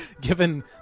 given